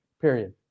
Period